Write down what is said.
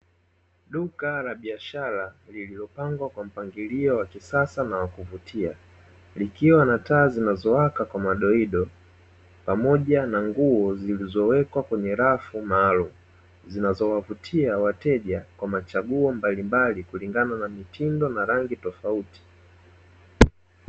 Duka la biashara lililopangwa kwa mpangilio wa kisasa na wa kuvutia, likiwa na taa zinazowaka kwa madoido pamoja na nguo zilizowekwa kwenye rafu maalumu, zinazowavutia wateja kwa machaguo mbalimbali kulingana na mitindo na rangi tofauti.